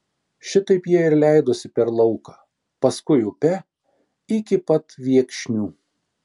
šitaip jie ir leidosi per lauką paskui upe iki pat viekšnių